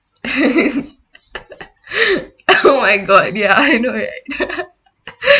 oh my god ya I know it